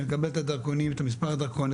שנקבל את מספר הדרכון,